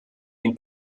den